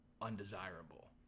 undesirable